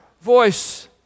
voice